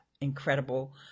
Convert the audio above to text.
incredible